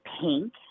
pink